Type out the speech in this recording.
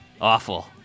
Awful